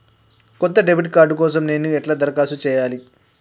కొత్త debit card కోసం నేను ఎట్లా దరఖాస్తు చేయాలి?